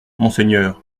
monseigneur